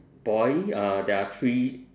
boy uh there are three